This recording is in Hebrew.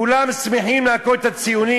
כולם שמחים להכות את הציונים.